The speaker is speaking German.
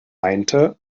meinte